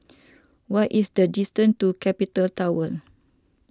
what is the distance to Capital Tower